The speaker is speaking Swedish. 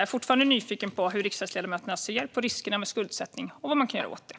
Jag är fortfarande nyfiken på hur riksdagsledamöterna ser på riskerna med skuldsättningen och vad man kan göra åt dem.